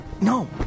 No